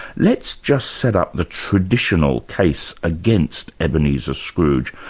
let's just set up the traditional case against ebenezer scrooge.